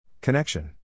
Connection